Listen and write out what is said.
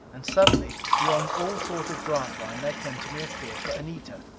and suddenly, beyond all thought of grantline, there came to me a fear for anita.